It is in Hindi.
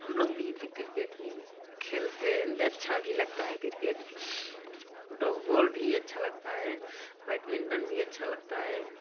हम लोग भी फिर क्रिकेट ही खेलते हैं तो अच्छा भी लगता है क्रिकेट फुटोबॉल भी अच्छा लगता है बैटमिंटन भी अच्छा लगता है